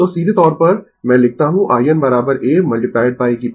तो सीधे तौर पर मैं लिखता हूं in a e t tτ